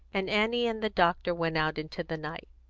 and annie and the doctor went out into the night.